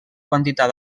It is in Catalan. quantitat